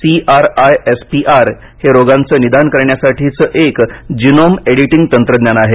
C R I S P R हे रोगांचे निदान करण्यासाठीचं एक जीनोम एडिटिंग तंत्रज्ञान आहे